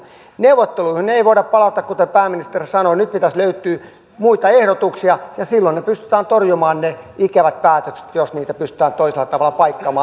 neuvotteluihin ei voida palata kuten pääministeri sanoi vaan nyt pitäisi löytyä muita ehdotuksia ja silloin ne ikävät päätökset pystytään torjumaan jos niitä pystytään toisella tavalla paikkaamaan